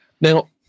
Now